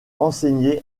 enseigné